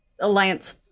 Alliance